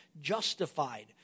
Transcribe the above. justified